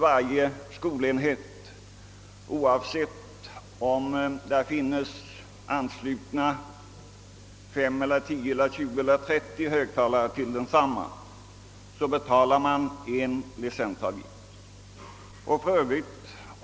Varje skolenhet betalar en licensavgift, oavsett om 5, 10, 20 eller 30 högtalare är anslutna till apparaten.